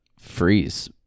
Freeze